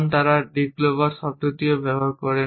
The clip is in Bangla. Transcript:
এবং তারা ডিক্লোবারিং শব্দটিও ব্যবহার করে